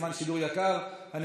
בחלקים מסוימים אסור לדבר עליה.